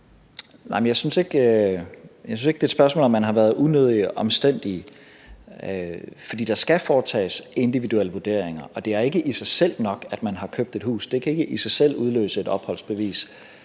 jeg synes ikke, det er et spørgsmål om, at man har været unødig omstændig, for der skal foretages individuelle vurderinger, og det er ikke i sig selv nok, at man har købt et hus. Det kan ikke i sig selv udløse et opholdsbevis.